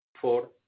Four